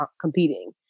competing